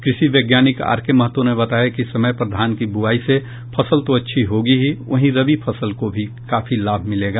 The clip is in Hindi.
कृषि वैज्ञानिक आर के महतो ने बताया कि समय पर धान की बुआई से फसल तो अच्छी होगी ही वहीं रबी फसल को भी काफी लाभ मिलेगा